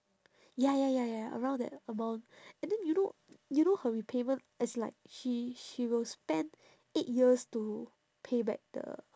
ya ya ya ya around that amount and then you know you know her repayment as in like she she will spend eight years to pay back the